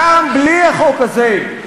גם בלי החוק הזה,